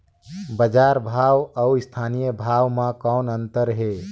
बजार भाव अउ स्थानीय भाव म कौन अन्तर हे?